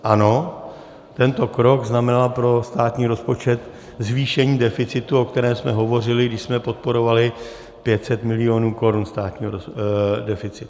Ano, tento krok znamenal pro státní rozpočet zvýšení deficitu, o kterém jsme hovořili, když jsme podporovali 500 milionů (?) korun státního deficitu.